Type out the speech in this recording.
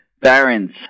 Barons